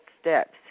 steps